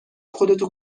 خودتو